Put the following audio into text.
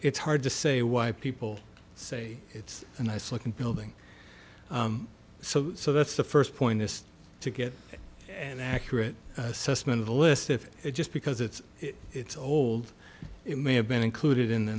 it's hard to say why people say it's a nice looking building so that's the first point is to get an accurate assessment of the list if just because it's it's old it may have been included in the